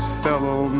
fellow